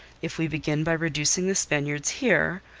if we begin by reducing the spaniards here,